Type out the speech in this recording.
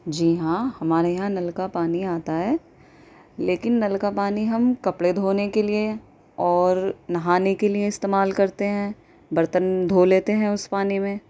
جی ہاں ہمارے یہاں نل کا پانی آتا ہے لیکن نل کا پانی ہم کپڑے دھونے کے لیے اور نہانے کے لیے استعمال کرتے ہیں برتن دھو لیتے ہیں اس پانی میں